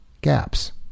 gaps